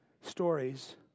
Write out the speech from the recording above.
stories